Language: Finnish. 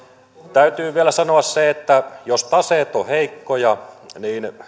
täytyy vielä sanoa se että jos taseet ovat heikkoja niin